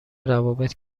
روابط